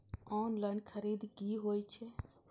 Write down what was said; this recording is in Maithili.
ऑनलाईन खरीद की होए छै?